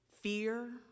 fear